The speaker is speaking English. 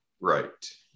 Right